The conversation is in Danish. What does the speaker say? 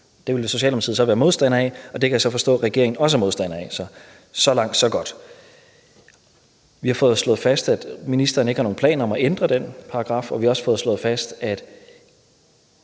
Det ville Socialdemokratiet så være modstander af, og det kan jeg forstå at regeringen også er modstander af. Så langt så godt. Vi har fået slået fast, at ministeren ikke har nogen planer om at ændre den paragraf, og vi har også fået slået fast, at